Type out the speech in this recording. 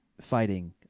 fighting